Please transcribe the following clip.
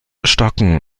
stocken